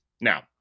Now